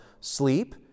sleep